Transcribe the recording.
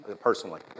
personally